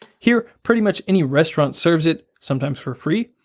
here, pretty much any restaurant serves it, sometimes for free,